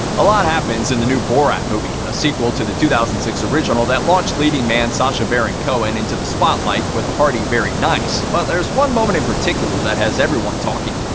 a lot happens in the new borat movie, a sequel to the two thousand and six original that launched leading man sacha baron cohen into the spotlight with a hearty very nice, but there's one moment in particular that has everyone talking.